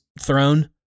throne